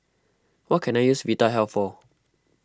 what can I use Vitahealth for